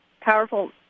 powerful